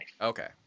Okay